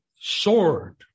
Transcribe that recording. sword